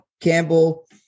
Campbell